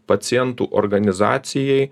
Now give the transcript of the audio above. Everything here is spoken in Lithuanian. pacientų organizacijai